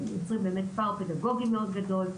יוצרים באמת פער פדגוגי מאוד גדול,